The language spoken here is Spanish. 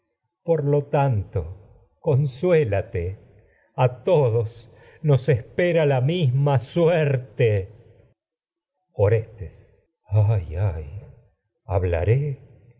por lo tanto consuélate a espera la misma suerte orestes ihuy huy hablaré